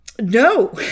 no